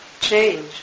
change